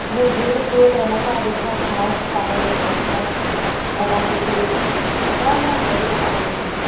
সেই ঘূৰি ফুৰোঁতে এনেকুৱা এডখৰ ঠাই পালেগৈ তাই ঠাইত এটা টেকেলিত অকণমান তলিতে পানী দেখিলে